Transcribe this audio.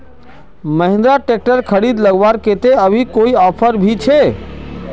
Mahindra tractor खरीद लगवार केते अभी कोई ऑफर भी छे?